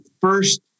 first